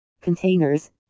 Containers